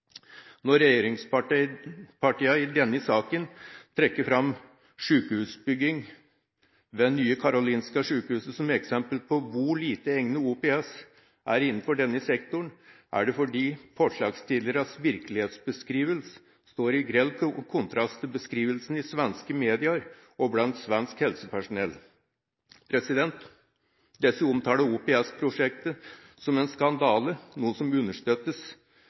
Når regjeringspartiene i denne saken trekker fram sjukehusbygging ved sjukehuset Nya Karolinska Solna som eksempel på hvor lite egnet OPS er innenfor denne sektoren, er det fordi forslagsstillernes virkelighetsbeskrivelse står i grell kontrast til beskrivelsen i svenske medier og blant svensk helsepersonell. Disse omtaler OPS-prosjektet som en skandale, noe som understøttes